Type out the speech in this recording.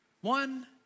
One